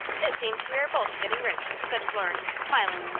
it seems we are both getting rich, said florence, smiling.